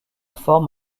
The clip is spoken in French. forme